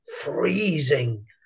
freezing